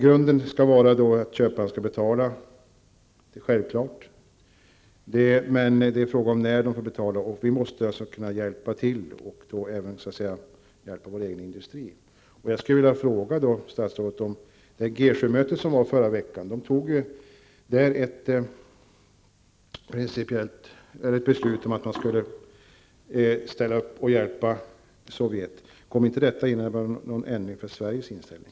Grunden skall vara att köparen skall betala -- det är självklart. Men det är fråga om när köparen skall betala. Vi måste alltså kunna hjälpa till och därmed hjälpa även vår egen industri. Jag skulle då vilja fråga statsrådet om det G 7-möte som ägde rum förra veckan. Man fattade där ett beslut om att ställa upp och hjälpa Sovjet. Kommer detta inte att innebära någon ändring av Sveriges inställning?